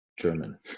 German